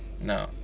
No